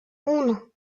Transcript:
uno